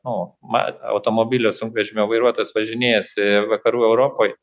nu ma automobilio sunkvežimio vairuotojas važinėjasi vakarų europoj